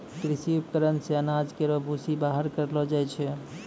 कृषि उपकरण से अनाज केरो भूसी बाहर करलो जाय छै